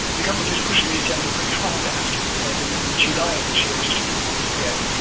the government is pushing the agenda pretty hard it has to be said and in july of this year, just a few months ago,